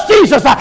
Jesus